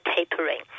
tapering